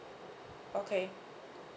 okay